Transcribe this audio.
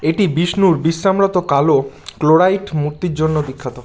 এটি বিষ্ণুর বিশ্রামরত কালো ক্লোরাইট মূর্তির জন্য বিখ্যাত